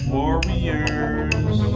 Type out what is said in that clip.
Warriors